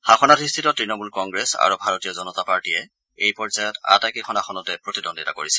শাসনাধিষ্ঠিত তৃণমূল কংগ্ৰেছ আৰু ভাৰতীয় জনতা পাৰ্টীয়ে এই পৰ্যায়ত আটাইকেইখন আসনতে প্ৰতিদ্বন্দ্বিতা কৰিছে